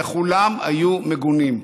וכולם היו מגונים.